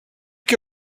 que